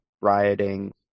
rioting